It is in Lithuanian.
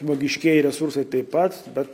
žmogiškieji resursai taip pat bet